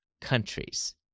countries